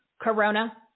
Corona